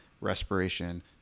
respiration